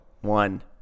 One